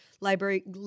library